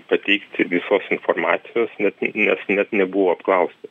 pateikti visos informacijos net nes net nebuvo apklaustas